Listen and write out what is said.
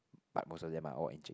but most of them are all Encik